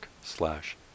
slash